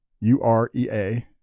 U-R-E-A